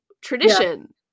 tradition